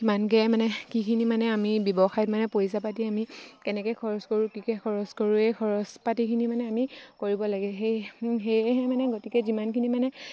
কিমানকৈ মানে কিখিনি মানে আমি ব্যৱসায়ত মানে পইচা পাতি আমি কেনেকৈ খৰচ কৰোঁ কি কি খৰচ কৰোঁ এই খৰচ পাতিখিনি মানে আমি কৰিব লাগে সেই সেয়েহে মানে গতিকে যিমানখিনি মানে